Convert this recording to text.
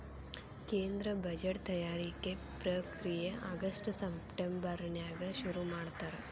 ಕೇಂದ್ರ ಬಜೆಟ್ ತಯಾರಿಕೆ ಪ್ರಕ್ರಿಯೆ ಆಗಸ್ಟ್ ಸೆಪ್ಟೆಂಬರ್ನ್ಯಾಗ ಶುರುಮಾಡ್ತಾರ